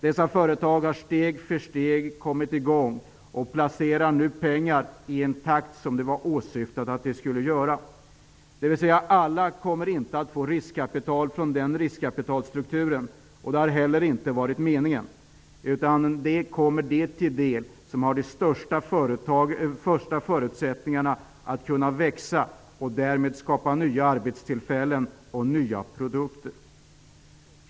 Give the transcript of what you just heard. Dessa företag har steg för steg kommit i gång och placerar nu pengar i den takt som var åsyftad. Alla kommer inte att få riskkapital från den riskkapitalstrukturen. Det har heller inte varit meningen. Riskkapitalet kommer de företag till del som har de största förutsättningarna att kunna växa och därmed skapa nya arbetstillfällen och nya produkter.